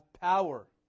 power